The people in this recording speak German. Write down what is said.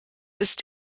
ist